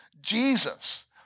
Jesus